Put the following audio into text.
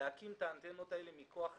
להקים את האנטנות האלה מכוח התמ"א.